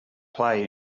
play